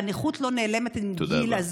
והנכות לא נעלמת עם גיל,